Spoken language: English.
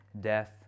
death